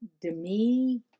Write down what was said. Demi